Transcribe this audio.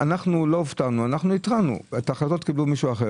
אנחנו עוד נדע אם מישהו יוכל לקחת ולעשות זאת טוב יותר.